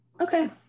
Okay